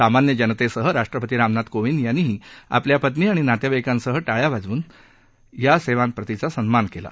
सामान्य जनतेसह राष्ट्रपती रामनाथ कोविंद यांनीही आपल्या पत्नी आणि नातेवाईकांसह टाळ्या वाजवून सेवांप्रतिचा सन्मान केला